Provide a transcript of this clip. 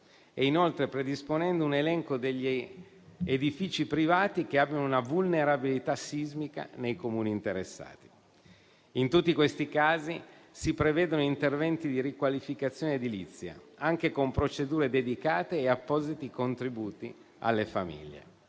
inoltre un elenco degli edifici privati che abbiano una vulnerabilità sismica nei comuni interessati. In tutti questi casi si prevedono interventi di riqualificazione edilizia anche con procedure dedicate e appositi contributi alle famiglie.